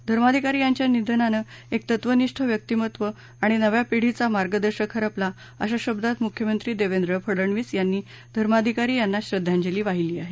धर्माधिकारी यांच्या निधनानं एक तत्वनिष्ठ व्यक्तीमत्त आणि नव्या पीढीचा मार्गदर्शक हरपला अशा शब्दात मुख्यमंत्री देवेंद्र फडनवीस यांनी धर्माधिकरी यांना श्रद्वांजली वाहिली आहे